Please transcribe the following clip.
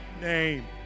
name